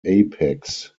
apex